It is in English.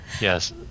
yes